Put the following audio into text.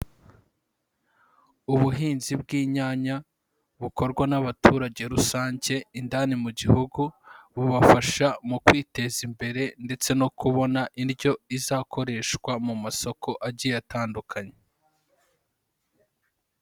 Ubuhinzi bw'inyanya bukorwa n'abaturage rusange indani mu gihugu, bubafasha mu kwiteza imbere ndetse no kubona indyo izakoreshwa mu masoko agiye atandukanye.